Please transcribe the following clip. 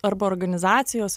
arba organizacijos